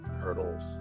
hurdles